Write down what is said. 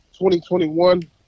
2021